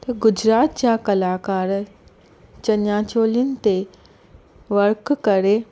त गुजरात जा कलाकार चनिया चोलीनि ते वर्क करे